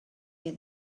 you